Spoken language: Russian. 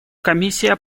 комиссия